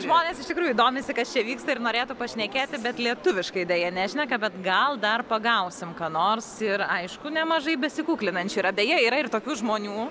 žmonės iš tikrųjų domisi kas čia vyksta ir norėtų pašnekėti bet lietuviškai deja nešneka bet gal dar pagausim ką nors ir aišku nemažai besikuklinančių yra beje yra ir tokių žmonių